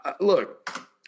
look